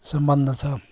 सम्बन्ध छ